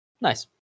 nice